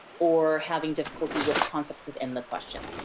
or, having difficulty with a concept within the question.